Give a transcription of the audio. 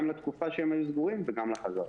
גם לתקופה שהם היו סגורים וגם לחזרה.